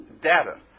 data